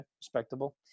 respectable